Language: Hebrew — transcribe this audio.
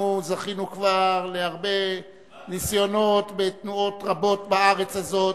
אנחנו זכינו כבר להרבה ניסיונות ותנועות רבות בארץ הזאת,